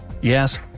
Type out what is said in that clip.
Yes